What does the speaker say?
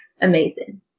Amazing